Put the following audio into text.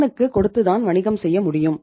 கடனுக்கு கொடுத்துதான் வணிகம் செய்ய முடியும்